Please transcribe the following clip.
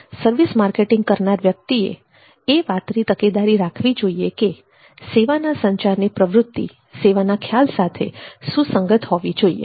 service marketing કરનાર વ્યક્તિએ એ વાતની તકેદારી રાખવી જોઈએ કે સેવાના સંચારની પ્રવૃત્તિ સેવાના ખ્યાલ સાથે સુસંગત હોવો જોઈએ